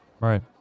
Right